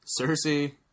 Cersei